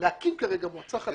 להקים כרגע מועצה חדשה.